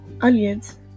onions